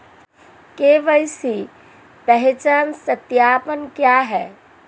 KYC पहचान सत्यापन क्या है?